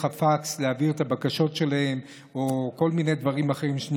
הפקס את הבקשות שלהם או כל מיני דברים אחרים.